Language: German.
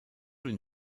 den